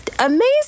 Amazing